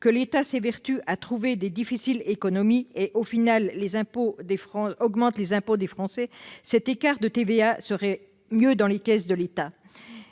que l'État s'évertue à trouver de difficiles économies et, au final, augmente les impôts des Français, cet écart de TVA serait mieux dans ses caisses ! Hélas,